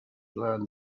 learn